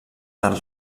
del